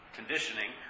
conditioning